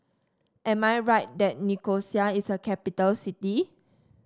am I right that Nicosia is a capital city